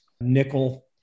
nickel